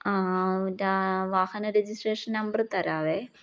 ആ വാഹന registration number തരാവേ